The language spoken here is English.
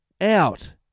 out